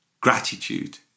gratitude